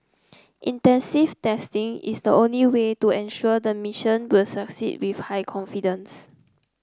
extensive testing is the only way to ensure the mission will succeed with high confidence